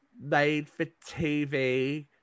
made-for-TV